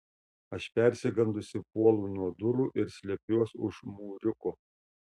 aš persigandusi puolu nuo durų ir slepiuos už mūriuko